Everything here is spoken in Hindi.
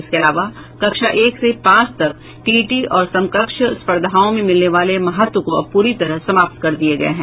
इसके अलावा कक्षा एक से पांच तक टीईटी और समकक्ष स्पर्धाओं में मिलने वाले महत्व को अब पूरी तरह समाप्त कर दिये गये हैं